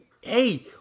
hey